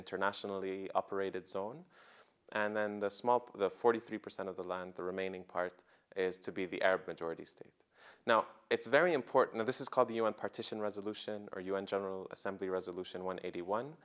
internationally operated zone and then the small put the forty three percent of the land the remaining part is to be the arab majority state now it's very important this is called the un partition resolution or un general assembly resolution one eighty one